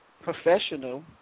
professional